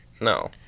No